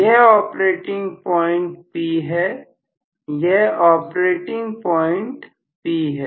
यह operating point P है यह ऑपरेटिंग प्वाइंट P है